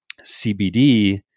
CBD